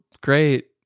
great